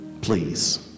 Please